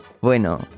bueno